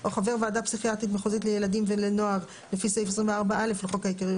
או חבר ועדה פסיכיאטרית מחוזית לילדים ולנוער לפי סעיף 24א לחוק העיקרי,